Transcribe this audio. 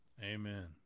Amen